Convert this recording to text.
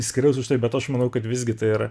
skriaus už tai bet aš manau kad visgi tai yra